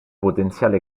potenziale